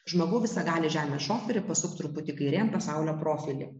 žmogau visagali žemės šoferi pasuk truputį kairėn pasaulio profilį